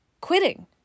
quitting